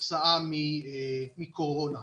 כתוצאה מקורונה.